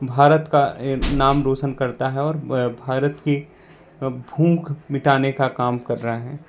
भारत का नाम रोशन करता है और भारत की भूख मिटाने का काम कर रहा है